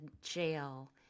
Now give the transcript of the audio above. jail